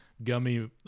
gummy